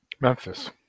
Memphis